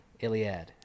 Iliad